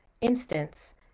instance